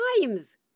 times